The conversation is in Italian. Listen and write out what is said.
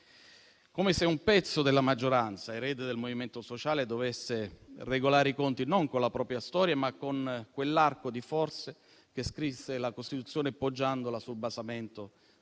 come se un pezzo della maggioranza, erede del Movimento Sociale Italiano, dovesse regolare i conti non con la propria storia, ma con quell'arco di forze che scrisse la Costituzione poggiandola sul basamento